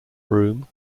broom